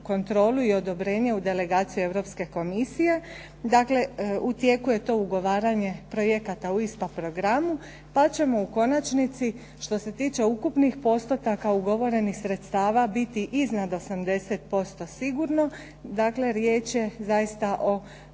kontrolu i odobrenje u delegaciju Europske komisije. Dakle, u tijeku je to ugovaranje projekata u ISPA programu pa ćemo u konačnici što se tiče ukupnih postotaka ugovorenih sredstava biti iznad 80% sigurno. Dakle, riječ je zaista o